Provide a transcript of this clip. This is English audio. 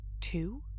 Two